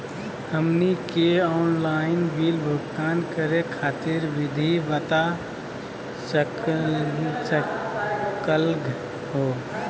हमनी के online bill भुगतान करे खातीर विधि बता सकलघ हो?